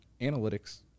analytics